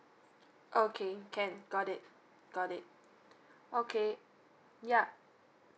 okay can got it got it okay yup